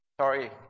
sorry